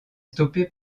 stoppé